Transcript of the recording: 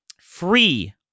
free